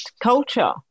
culture